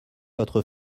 votre